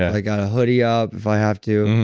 i got a hoodie up if i have to,